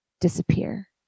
disappear